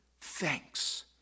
thanks